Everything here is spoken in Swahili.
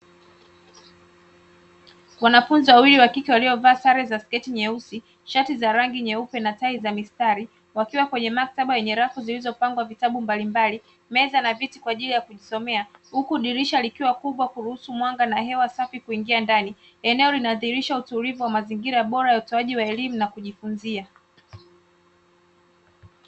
Wanafunzi wawili wa kike waliovaa sare za sketi nyeusi, shati za rangi nyeupe na tai za mistari wakiwa kwenye maktaba yenye rafu zilizopangwa vitabu mbalimbali, meza na viti kwa ajili ya kujisomea huku dirisha likiwa kubwa kuruhusu mwanga na hewa safi kuingia ndani, eneo linadhihirisha utulivu wa mazingira bora ya utoaji wa elimu na kujifunzia.